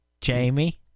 Jamie